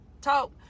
Talk